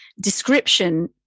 description